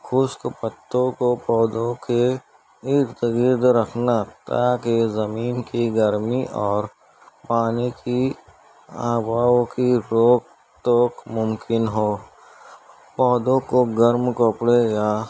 خشک پتوں کو پودوں کے ارد گرد رکھنا تاکہ زمین کی گرمی اور پانی کی آب و ہوا کی روک ٹوک ممکن ہو پودوں کو گرم کپڑے یا